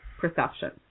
perception